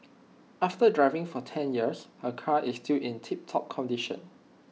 after driving for ten years her car is still in tiptop condition